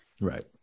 right